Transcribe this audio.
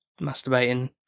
masturbating